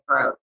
throat